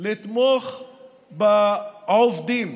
לתמוך בעובדים